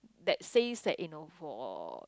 that says that you know for